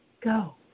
go